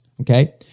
Okay